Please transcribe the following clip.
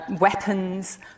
weapons